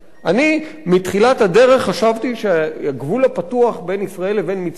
מתחילת הדרך חשבתי שהגבול הפתוח בין ישראל לבין מצרים,